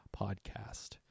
podcast